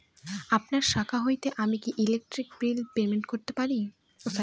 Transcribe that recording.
আপনার শাখা হইতে আমি কি ইলেকট্রিক বিল পেমেন্ট করতে পারব?